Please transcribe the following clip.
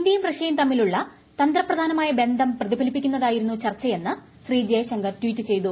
ഇന്ത്യയും റഷ്യയും ത്മീലുള്ള തന്ത്രപ്രധാനമായ ബന്ധം പ്രതിഫലിപ്പിക്കുന്നതായിരുന്നു ചർച്ചയെന്ന് ശ്രീ ജയ്ശങ്കർ ട്വീറ്റ് ചെയ്തു